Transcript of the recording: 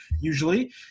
usually